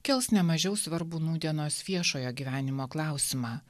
kels ne mažiau svarbų nūdienos viešojo gyvenimo klausimą